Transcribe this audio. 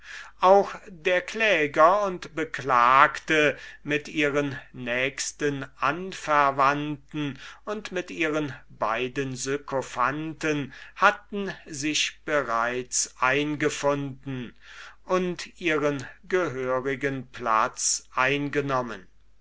auch die parteien mit ihren nächsten anverwandten und mit ihren beiden sykophanten hatten sich bereits eingefunden und ihren gehörigen platz eingenommen